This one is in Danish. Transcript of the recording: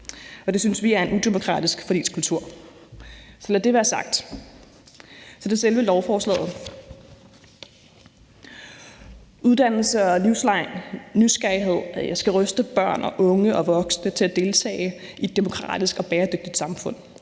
Det synes vi er en udemokratisk forligskultur. Når dette er sagt, gælder det selve lovforslaget. Uddannelse og livslang nysgerrighed skal ruste børn og unge og voksne til at deltage i et demokratisk og bæredygtigt samfund,